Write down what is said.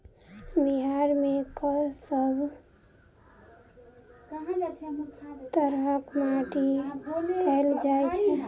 बिहार मे कऽ सब तरहक माटि पैल जाय छै?